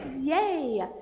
Yay